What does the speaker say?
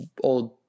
old